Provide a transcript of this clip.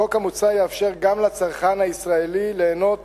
החוק המוצע יאפשר גם לצרכן הישראלי ליהנות